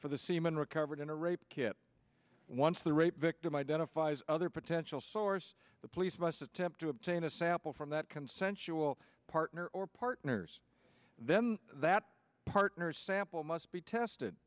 for the semen recovered in a rape kit once the rape victim identifies other potential source the police must attempt to obtain a sample from that consensual partner or partners then that partner sample must be tested